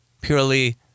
purely